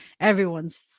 everyone's